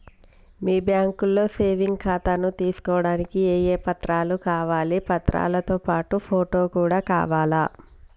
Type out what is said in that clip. మీ బ్యాంకులో సేవింగ్ ఖాతాను తీసుకోవడానికి ఏ ఏ పత్రాలు కావాలి పత్రాలతో పాటు ఫోటో కూడా కావాలా?